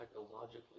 psychologically